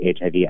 HIV